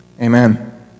Amen